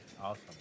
Awesome